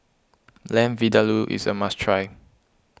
Lamb Vindaloo is a must try